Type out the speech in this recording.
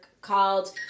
called